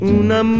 una